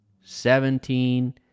seventeen